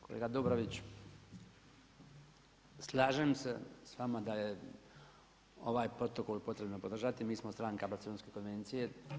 Kolega Dobrović, slažem se s vama da je ovaj Protokol potrebno podržati, mi smo stranka Barcelonske konvencije.